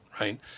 Right